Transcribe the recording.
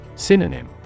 Synonym